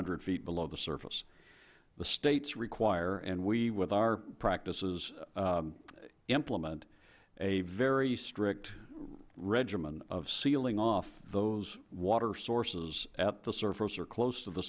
hundred feet below the surface the states require and we with our practices implement a very strict regimen of sealing off those water sources at the surface or close to the